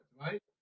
right